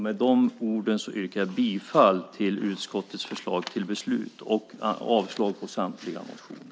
Med de orden yrkar jag bifall till utskottets förslag till beslut och avslag på samtliga motioner.